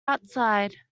outside